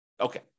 Okay